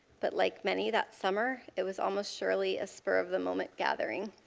but like many that summer it was almost surely a spur of the moment gathering.